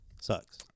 Sucks